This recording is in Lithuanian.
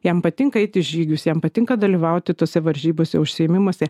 jam patinka eit į žygius jam patinka dalyvauti tose varžybose užsiėmimuose